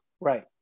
right